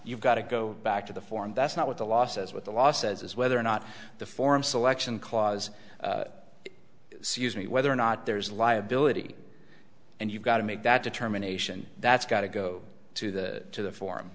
you've got to go back to the form that's not what the law says what the law says is whether or not the form selection clause me whether or not there's liability and you've got to make that determination that's got to go to the to the for